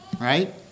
right